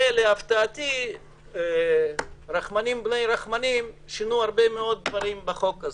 להפתעתי רחמנים בני רחמנים שינו הרבה דברים בחוק הזה